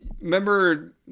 Remember